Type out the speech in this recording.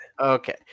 okay